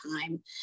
time